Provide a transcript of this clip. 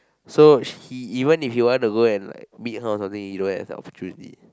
so he even if he wanna go and like meet her or something he don't have the opportunity